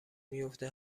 میفته